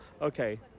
Okay